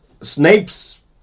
Snape's